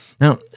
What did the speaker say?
Now